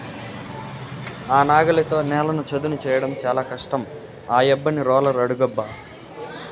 ఆ నాగలితో నేలను చదును చేయడం చాలా కష్టం ఆ యబ్బని రోలర్ అడుగబ్బా